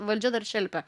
valdžia dar šelpia